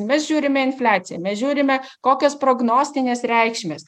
mes žiūrime infliaciją mes žiūrime kokios prognostinės reikšmės